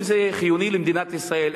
אם זה חיוני למדינת ישראל,